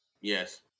yes